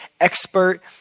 expert